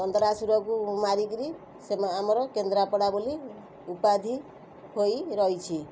କନ୍ଦରାସୁରକୁ ମାରିକିରି ଆମର କେନ୍ଦ୍ରାପଡ଼ା ବୋଲି ଉପାଧି ହୋଇରହିଛି